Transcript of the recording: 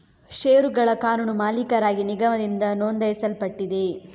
ಷೇರುಗಳ ಕಾನೂನು ಮಾಲೀಕರಾಗಿ ನಿಗಮದಿಂದ ನೋಂದಾಯಿಸಲ್ಪಟ್ಟಿದೆ